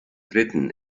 dritten